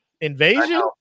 Invasion